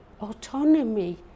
autonomy